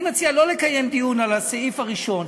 אני מציע לא לקיים דיון על הסעיף הראשון,